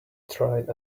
tried